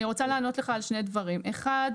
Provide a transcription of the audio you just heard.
אני רוצה לענות לך על שני דברים: אחד,